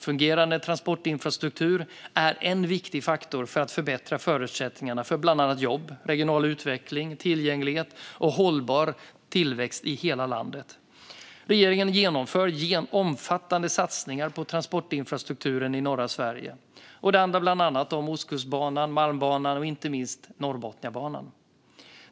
Fungerande transportinfrastruktur är en viktig faktor för att förbättra förutsättningarna för bland annat jobb, regional utveckling, tillgänglighet och hållbar tillväxt i hela landet. Regeringen genomför omfattande satsningar på transportinfrastrukturen i norra Sverige. Det handlar bland annat om Ostkustbanan, Malmbanan och inte minst Norrbotniabanan.